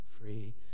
Free